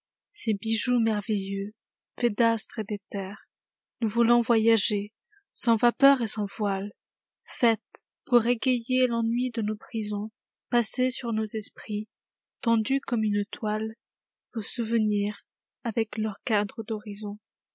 ces bijoux merveilleux faits d'astres et d'éthers nous voulons voyager sans vapeur et sans voile ifaites pour égayer l'ennui de nos prisons passer sur nos esprits tendus comme une toile vos souvenirs avec leurs cadres d'horizons